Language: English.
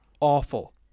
Awful